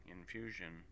infusion